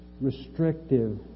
restrictive